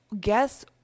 guess